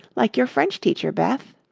like your french teacher, beth.